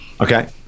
Okay